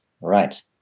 right